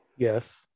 yes